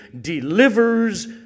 delivers